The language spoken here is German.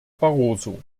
barroso